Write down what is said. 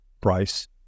price